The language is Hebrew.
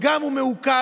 וגם הוא מעוקל,